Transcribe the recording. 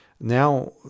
Now